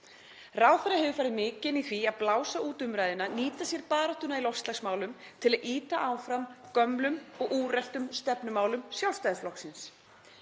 Ráðherra hefur farið mikinn í því að blása út umræðuna og nýta sér baráttuna í loftslagsmálum til að ýta áfram gömlum og úreltum stefnumálum Sjálfstæðisflokksins.